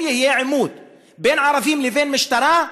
אם יהיה עימות בין ערבים לבין משטרה,